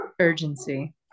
urgency